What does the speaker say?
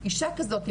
אישה כזאתי,